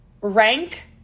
Rank